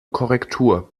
korrektur